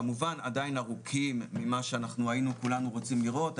כמובן עדיין ארוכים ממה שהיינו כולנו רוצים לראות,